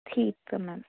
ਠੀਕ ਆ ਮੈਮ